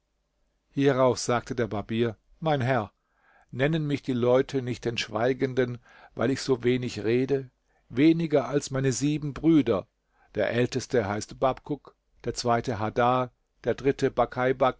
hierauf sagte der barbier mein herr nennen mich die leute nicht den schweigenden weil ich so wenig rede weniger als meine sieben brüder der älteste heißt bakbuk der zweite hadar der dritte